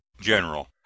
General